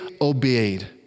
obeyed